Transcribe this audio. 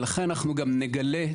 ולכן אתם תגלו